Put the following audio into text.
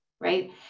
right